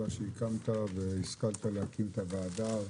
תודה שהקמת והשכלת להקים את הוועדה.